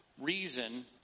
reason